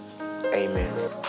Amen